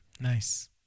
Nice